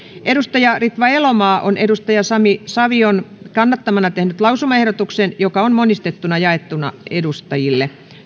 ja ritva elomaa sami savion kannattamana tehnyt lausumaehdotuksen joka on monistettuna jaettu edustajille